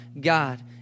God